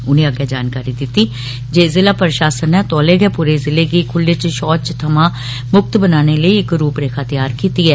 उनें अग्गै जानकारी दिती जे ज़िला प्रशासन नै तौले गै पूर्रे ज़िले गी खुल्ले च शौच थमां मुक्त बनाने लेई इक रुपरेखा तैयार कीती ऐ